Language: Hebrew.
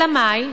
אלא מאי?